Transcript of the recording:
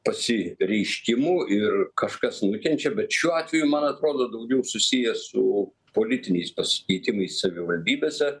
pasireiškimų ir kažkas nukenčia bet šiuo atveju man atrodo daugiau susiję su politiniais pasikeitimais savivaldybėse